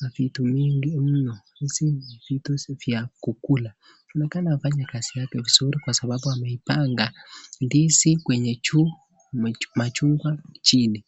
na vitu mingi mno, Hizi ni vitu vya kukula inaonekana anafanya kazi yake vizuri kwa sababu ameipanga ndizi kwenye juu na machungwa chini.